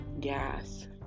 gas